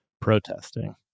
protesting